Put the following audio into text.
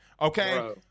Okay